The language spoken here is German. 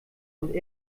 und